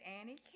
Annie